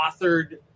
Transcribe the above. authored